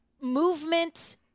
movement